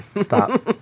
stop